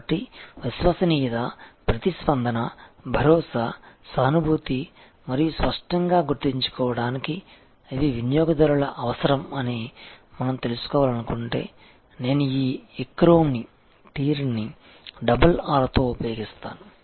కాబట్టి విశ్వసనీయత ప్రతిస్పందన భరోసా సానుభూతి మరియు స్పష్టంగా గుర్తుంచుకోవడానికి ఇవి వినియోగదారుల అవసరం అని మనం తెలుసుకోవాలనుకుంటే నేను ఈ ఎక్రోనిం TEARR ని డబుల్ R తో ఉపయోగిస్తాను